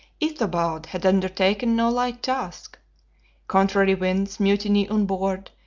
ithobal had undertaken no light task contrary winds, mutiny on board,